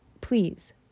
please